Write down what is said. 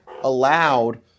allowed